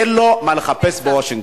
אין לו מה לחפש בוושינגטון.